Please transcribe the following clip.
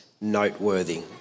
Noteworthy